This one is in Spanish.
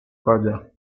falla